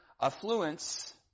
affluence